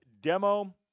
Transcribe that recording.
demo